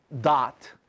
dot